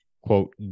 quote